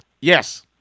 Yes